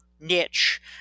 niche